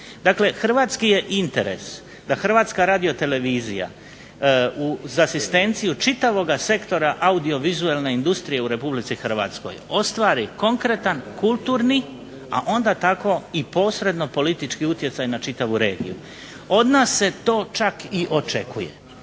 Dakle, hrvatski je interes da HRTV za asistenciju čitavoga sektora audiovizualne industrije u RH ostvari konkretan kulturni a onda tako i posredno politički utjecaj na čitavu regiju. Od nas se to čak i očekuje.